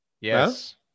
Yes